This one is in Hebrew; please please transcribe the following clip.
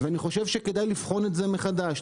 אני חושב שכדאי לבחון את זה מחדש.